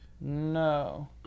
no